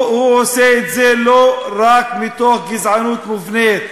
הוא עושה את זה לא רק מתוך גזענות מובנית,